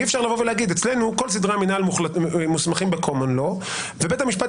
אי אפשר לבוא ולומר שאצלנו כל סדרי המינהל מוסמכים בקומן-לאו ובית המשפט